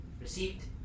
received